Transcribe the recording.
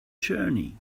journey